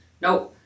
nope